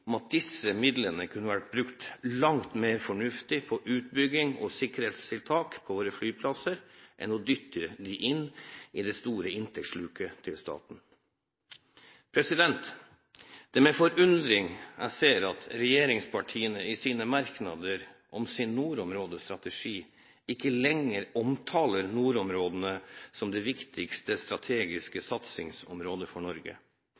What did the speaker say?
om at disse midlene kunne vært brukt langt mer fornuftig på utbygging og sikkerhetstiltak på våre flyplasser enn å dytte dem inn i det store inntektssluket til staten. Det er med forundring jeg ser at regjeringspartiene i sine merknader om sin nordområdestrategi ikke lenger omtaler nordområdene som det viktigste strategiske satsingsområdet for Norge,